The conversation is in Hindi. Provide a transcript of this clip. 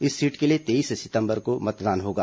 इस सीट के लिए तेईस सितंबर को मतदान होगा